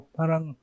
parang